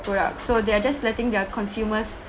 products so they are just letting their consumers